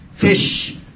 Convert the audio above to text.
fish